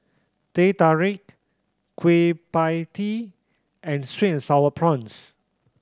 Teh Tarik Kueh Pie Tee and sweet and Sour Prawns